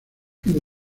fines